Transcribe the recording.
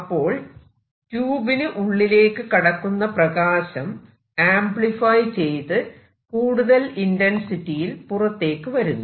അപ്പോൾ ട്യൂബിന് ഉള്ളിലേക്ക് കടക്കുന്ന പ്രകാശം ആംപ്ലിഫൈ ചെയ്തു കൂടുതൽ ഇന്റെൻസിറ്റിയിൽ പുറത്തേക്കു വരുന്നു